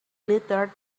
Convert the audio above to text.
glittered